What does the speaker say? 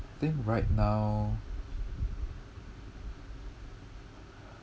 think right now